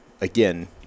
again